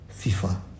FIFA